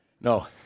No